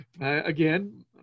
again